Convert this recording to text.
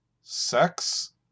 Sex